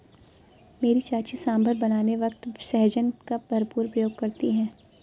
मेरी चाची सांभर बनाने वक्त सहजन का भरपूर प्रयोग करती है